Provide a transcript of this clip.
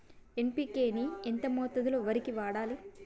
NPK ని ఎంత మోతాదులో వరికి వాడాలి?